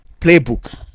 playbook